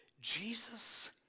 Jesus